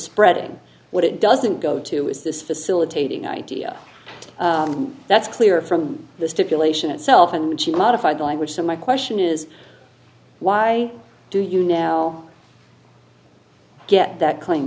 spreading what it doesn't go to is this facilitating idea that's clear from the stipulation itself and she modified language so my question is why do you now get that claim